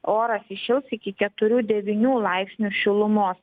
oras įšils iki keturių devynių laipsnių šilumos